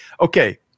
Okay